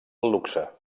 luxe